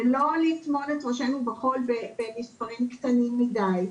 ולא לטמון את ראשנו בחול במספרים קטנים מדיי.